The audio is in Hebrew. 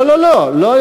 לא, לא, לא.